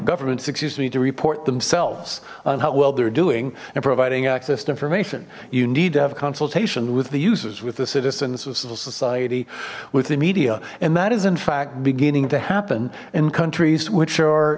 governments excuse me to report themselves on how well they're doing and providing access to information you need to have consultation with the users with the citizens with society with the media and that is in fact beginning to happen in countries which are